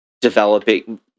developing